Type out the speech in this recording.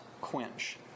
quench